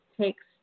takes